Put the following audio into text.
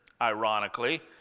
ironically